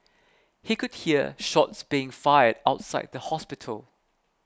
he could hear shots being fired outside the hospital